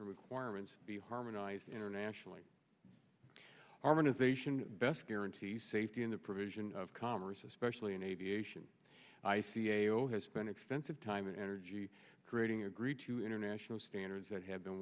requirements be harmonized internationally arman is a sion best guarantee safety in the provision of commerce especially in aviation i c a o has been extensive time and energy creating agreed to international standards that have been